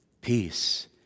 peace